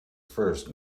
first